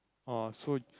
oh so